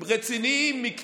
רציניים, מקצועיים,